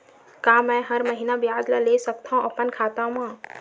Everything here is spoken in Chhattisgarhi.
का मैं हर महीना ब्याज ला ले सकथव अपन खाता मा?